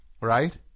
right